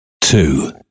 two